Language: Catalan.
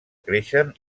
creixen